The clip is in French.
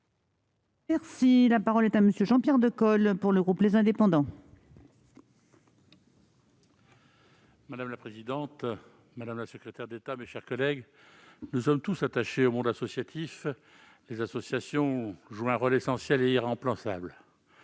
La parole est à M. Jean-Pierre Decool, pour le groupe Les Indépendants - République et Territoires. Madame la présidente, madame la secrétaire d'État, mes chers collègues, nous sommes tous attachés au monde associatif : les associations jouent un rôle essentiel et irremplaçable.